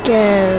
go